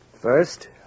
First